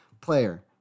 player